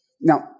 Now